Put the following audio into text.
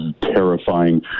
terrifying